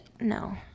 No